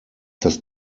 das